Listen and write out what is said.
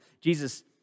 Jesus